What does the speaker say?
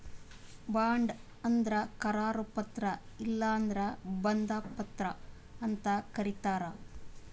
bond ಅಂದ್ರ ಕರಾರು ಪತ್ರ ಇಲ್ಲಂದ್ರ ಬಂಧ ಪತ್ರ ಅಂತ್ ಕರಿತಾರ್